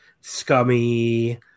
scummy